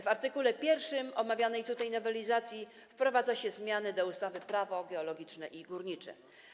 W art. 1 omawianej tutaj nowelizacji wprowadza się zmiany do ustawy Prawo geologiczne i górnicze.